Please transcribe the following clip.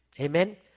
Amen